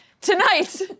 Tonight